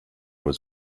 was